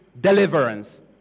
deliverance